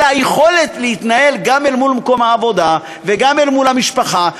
אלא היכולות להתנהל גם מול מקום העבודה וגם מול המשפחה,